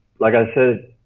like i said,